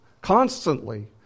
constantly